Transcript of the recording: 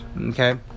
okay